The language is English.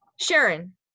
sharon